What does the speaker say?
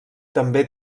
també